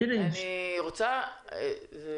אני כן מסכימה איתך שהיציאה מהסגר צריכה להיות מלווה בפתיחת המסחר.